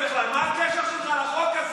יש לך עכשיו זמן לעלות ולדבר,